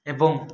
ଏବଂ